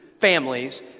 families